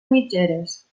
mitgeres